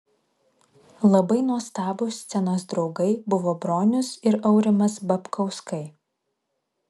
labai nuostabūs scenos draugai buvo bronius ir aurimas babkauskai